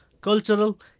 cultural